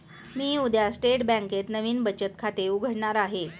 मी उद्या स्टेट बँकेत नवीन बचत खाते उघडणार आहे